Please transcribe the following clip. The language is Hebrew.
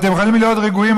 אתם יכולים להיות רגועים,